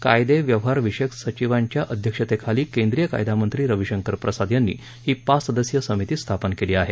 कायदे व्यवहारविषयक सचिवांच्या अध्यक्षतेखाली केंद्रीय कायदा मंत्री रविशंकर प्रसाद यांनी ही पाच सदस्यीय समिती स्थापन केली आहे